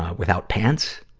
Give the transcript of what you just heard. without pants,